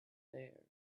there